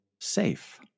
safe